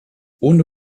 ohne